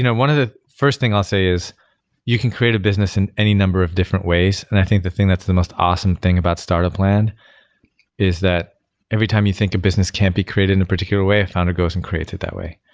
one of the first thing i'll say is you can create a business in any number of different ways, and i think the thing that's the most awesome thing about start a plan is that every time you think a business can't be created in a particular way, a founder goes and creates it that way.